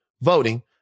voting